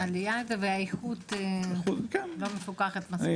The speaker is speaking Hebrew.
העלייה, והאיכות לא מפוקחת מספיק.